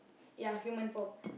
ya human form